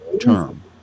term